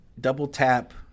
double-tap